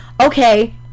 okay